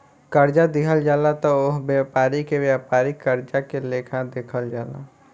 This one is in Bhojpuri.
कर्जा दिहल जाला त ओह व्यापारी के व्यापारिक कर्जा के लेखा देखल जाला